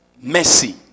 mercy